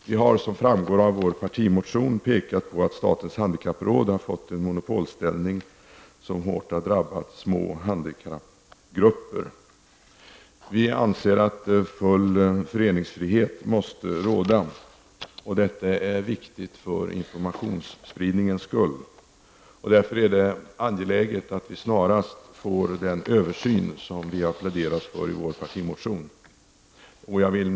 Vi har som framgår av vår partimotion pekat på att statens handikappråd har fått en monopolställning som hårt har drabbat små handikappgrupper. Vi anser att full föreningsfrihet måste råda. Detta är viktigt för informationsspridningens skull. Det är därför angeläget att vi snarast får den översyn vi har pläderat för i vår partimotion.